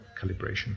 calibration